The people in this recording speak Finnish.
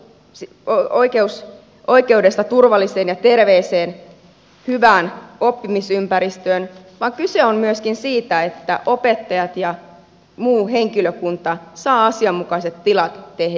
seka oikeus oikeudesta turvalliseen ja terveeseen hyvään oppimisympäristöön vaan kyse on myöskin siitä että opettajat ja muu henkilökunta saavat asianmukaiset tilat tehdä työtä